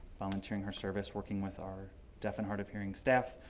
volunteering her service working with our deaf and hard of hearing staff.